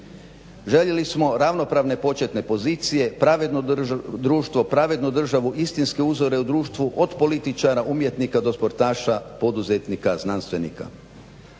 Željeli smo ravnopravne početne pozicije, pravedno društvo, pravednu državu, istinske uzore u društvu od političara, umjetnika do sportaša, poduzetnika, znanstvenika.